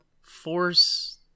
force